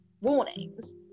warnings